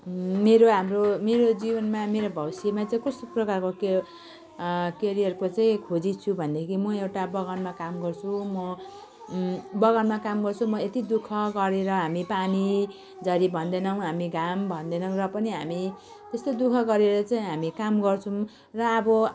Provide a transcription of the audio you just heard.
मेरो हाम्रो मेरो जीवनमा मेरो भविष्यमा चाहिँ कस्तो प्रकारको त्यो करियरको चाहिँ खोजी छु भनेदेखि म एउटा बगानमा काम गर्छु म बगानमा काम गर्छु म यति दुःख गरेर हामी पानीझरी भन्दैनौ हामी घाम भन्दैनौ र पनि हामी त्यस्तै दुःख गरेर चाहिँ हामी काम गर्छौँ र अब